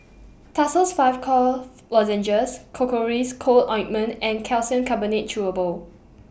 Tussils five Cough Lozenges Cocois Co Ointment and Calcium Carbonate Chewable